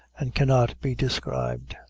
and cannot be described.